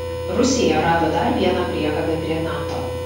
rusija rado dar vieną priekabę prie nato